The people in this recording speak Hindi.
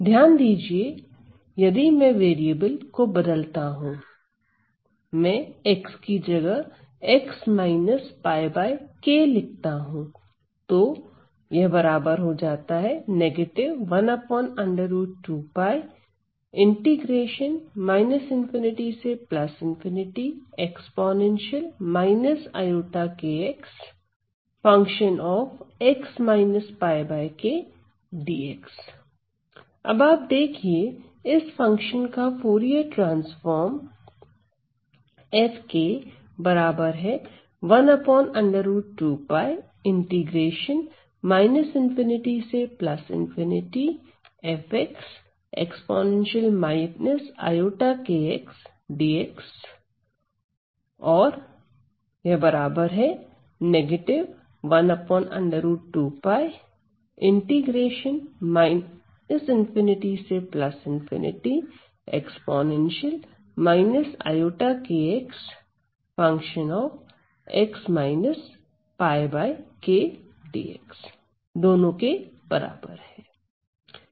ध्यान दीजिए यदि मैं वेरिएबल को बदलता हूं मैं x की जगह x 𝛑k लिखता हूं तो अब आप देखिए इस फंक्शन का फूरिये ट्रांसफॉर्म और दोनों के बराबर है